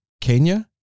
Kenya